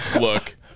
Look